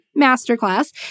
masterclass